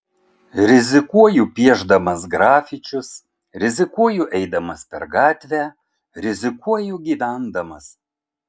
rizikuoju piešdamas grafičius rizikuoju eidamas per gatvę rizikuoju gyvendamas